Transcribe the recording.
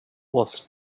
was